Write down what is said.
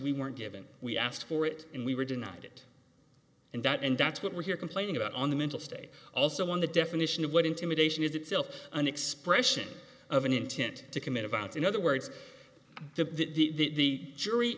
we weren't given we asked for it and we were denied it and that and that's what we're here complaining about on the mental state also on the definition of what intimidation is itself an expression of an intent to commit a violence in other words to the